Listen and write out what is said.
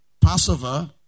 Passover